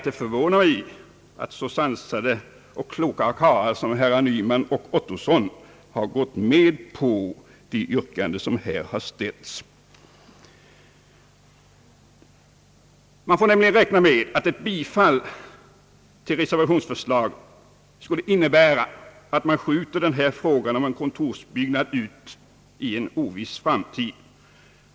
Det förvånar mig att så sansade och kloka karlar som herrar Nyman och Ottosson har gått med på de yrkanden som här har ställts. Man får räkna med att ett bifall till reservationsförslaget skulle innebära att frågan förskjuts in i en oviss framtid.